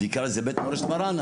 נקרא לזה בית מורשת מרן,